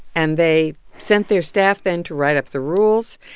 and they sent their staff then to write up the rules,